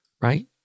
right